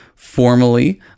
formally